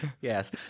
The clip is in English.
Yes